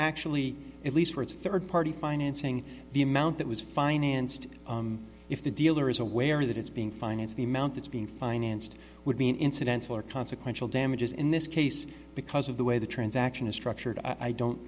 actually at least for its third party financing the amount that was financed if the dealer is aware that it's being financed the amount that's being financed would be an incidental or consequential damages in this case because of the way the transaction is structured i don't